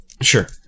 Sure